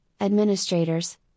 administrators